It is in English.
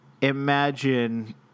imagine